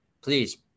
Please